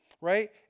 Right